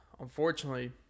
unfortunately